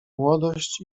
młodość